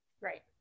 Right